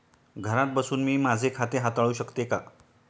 घरात बसून मी माझे खाते हाताळू शकते का?